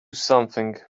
something